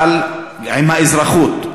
אבל עם האזרחות.